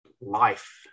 life